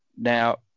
Now